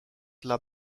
dla